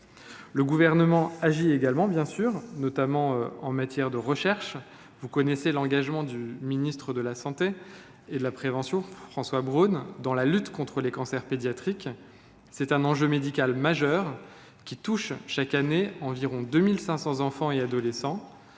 Le Gouvernement agit également en matière de recherche. Vous connaissez l’engagement du ministre de la santé et de la prévention, François Braun, dans la lutte contre les cancers pédiatriques, enjeu médical majeur qui concerne chaque année environ 2 500 enfants et adolescents.